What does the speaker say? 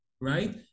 Right